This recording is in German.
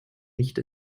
nicht